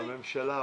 הממשלה,